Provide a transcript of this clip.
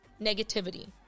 negativity